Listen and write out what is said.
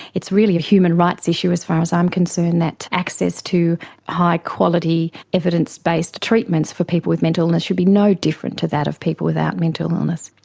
it's really a human rights issue as far as i'm concerned that access to high quality, evidence-based treatments for people with mental illness should be no different to that of people without mental illness.